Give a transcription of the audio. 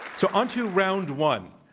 to um to round one.